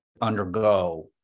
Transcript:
undergo